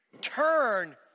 turn